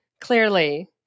Clearly